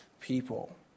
people